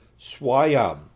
Swayam